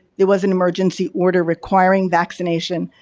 there was an emergency order requiring vaccination.